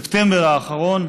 בספטמבר האחרון